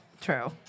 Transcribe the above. True